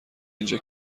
اینجا